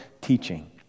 teaching